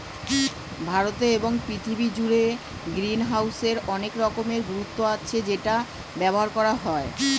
ভারতে এবং পৃথিবী জুড়ে গ্রিনহাউসের অনেক রকমের গুরুত্ব আছে যেটা ব্যবহার করা হয়